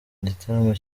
igitaramo